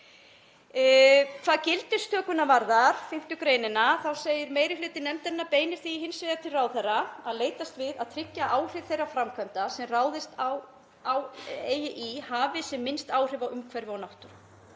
Hvað gildistökunnar varðar, 5. gr., þá segir: „Meiri hluti nefndarinnar beinir því hins vegar til ráðherra að leitast við að tryggja að áhrif þeirra framkvæmda sem ráðast á í hafi sem minnst áhrif á umhverfi og náttúru.